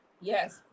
Yes